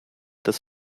des